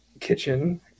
kitchen